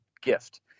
gift